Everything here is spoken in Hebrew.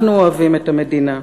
אנחנו אוהבים את המדינה.